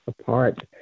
apart